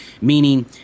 meaning